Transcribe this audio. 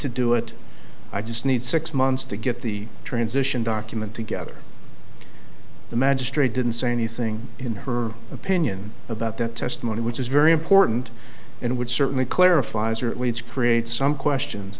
to do it i just need six months to get the transition document together the magistrate didn't say anything in her opinion about that testimony which is very important and would certainly clarifies or at least create some questions